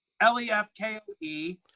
L-E-F-K-O-E